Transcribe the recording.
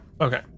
okay